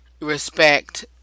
respect